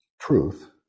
truth